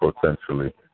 potentially